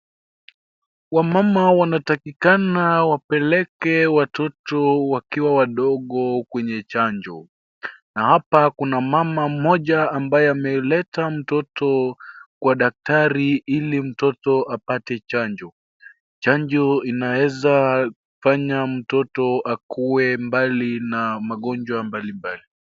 Wamama wanatakikana wapeleke watoto wakiwa wadogo kwenye chanjo na hapa kuna mama mmoja ambaye ameleta mtoto kwa daktari ili mtoto apate chanjo. Chanjo inaeza fanya mtoto akue mbali na magonjwa mbalimbali.